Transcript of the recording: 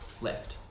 left